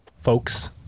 folks